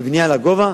בבנייה לגובה,